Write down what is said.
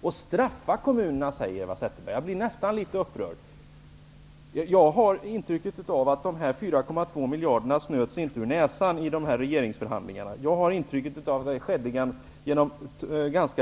Eva Zetterberg säger att regeringen straffar kommunerna. Jag blir nästan upprörd. Jag har intrycket att de 4,2 miljarderna inte ''snöts ur näsan'' vid regeringsförhandlingarna. Mitt intrycket är i stället att det här skedde genom